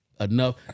Enough